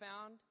found